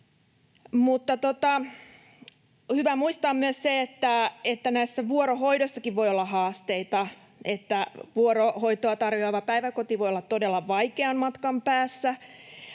On hyvä muistaa myös se, että vuorohoidossakin voi olla haasteita. Vuorohoitoa tarjoava päiväkoti voi olla todella vaikean matkan päässä,